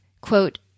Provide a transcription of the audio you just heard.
Quote